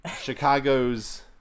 Chicago's